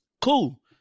Cool